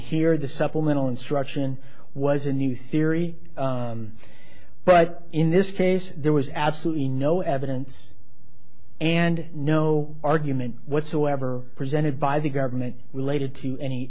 here the supplemental instruction was a new theory but in this case there was absolutely no evidence and no argument whatsoever presented by the government related to any